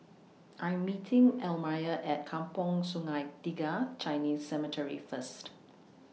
I Am meeting Elmire At Kampong Sungai Tiga Chinese Cemetery First